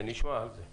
נשמע על זה בהמשך.